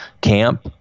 camp